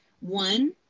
One